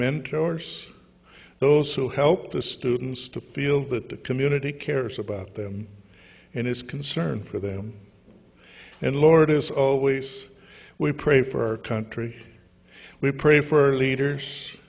mentors those who help the students to feel that the community cares about them and is concern for them and lord as always we pray for our country we pray for leaders